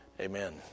amen